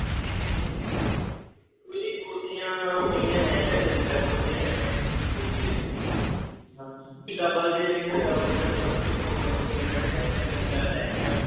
ਠੀਕ ਹੈ ਠੀਕ ਹੈ ਜੀ ਕੋਈ ਨਹੀਂ ਕੋਠੀਆਂ ਪਈਆਂ ਹੈਗੀਆਂ ਤਿੰਨ ਚਾਰ ਕੋਠੀਆਂ ਹੈਗੀਆਂ ਸਿੰਗਲ ਸਟੋਰੀ 'ਚ ਹਾਂਜੀ ਜੀ ਜੇ ਡਬਲ ਜੇ ਲੈਣੀਆਂ ਤਾਂ ਡਬਲ 'ਚ ਤਾਂ ਜ਼ਿਆਦਾ ਵੀ ਪਈਆਂ ਹਨ ਸਿੰਗਲ 'ਚ ਹੈਗੀਆਂ ਤਿੰਨ ਚਾਰ ਹੈਗੀਆਂ ਹਨ